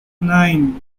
nine